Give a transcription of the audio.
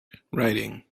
writing